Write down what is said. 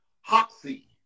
Hoxie